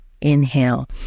Inhale